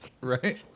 right